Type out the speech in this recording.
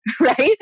right